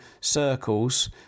circles